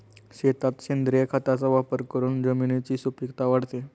शेतात सेंद्रिय खताचा वापर करून जमिनीची सुपीकता वाढते